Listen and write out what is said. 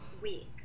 week